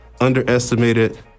underestimated